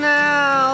now